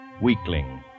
weakling